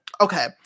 okay